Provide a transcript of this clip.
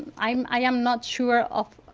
i am i am not sure of